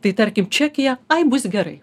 tai tarkim čekija ai bus gerai